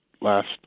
last